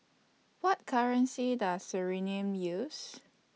What currency Does Suriname use